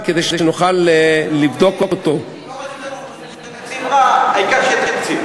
ולכן אני אומר שאני אצביע בעד החוק הזה.